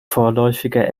vorläufige